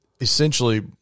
Essentially